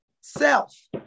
self